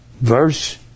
verse